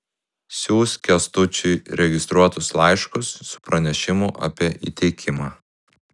siųsk kęstučiui registruotus laiškus su pranešimu apie įteikimą